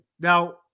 Now